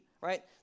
right